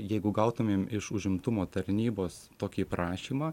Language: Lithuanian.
jeigu gautumėm iš užimtumo tarnybos tokį prašymą